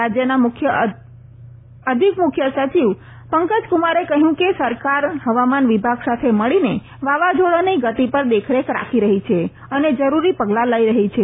રાજયના અધિક મુખ્ય સચિવ પંકજ કુમારે કહયું કે સરકાર હવામાન વિભાગ સાથે મળીને વાવાઝોડાની ગતિ પર દેખરેખ રાખી રહી છે અને જરૂરી પગલા લઈ રહી છે